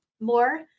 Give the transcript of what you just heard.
more